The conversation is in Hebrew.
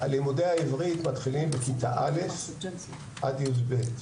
לימודי העברית לתלמידים ערבים מתחילים מכיתה א' עד י"ב.